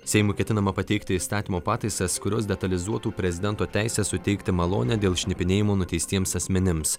seimui ketinama pateikti įstatymo pataisas kurios detalizuotų prezidento teisę suteikti malonę dėl šnipinėjimo nuteistiems asmenims